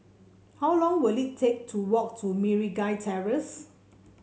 how long will it take to walk to Meragi Terrace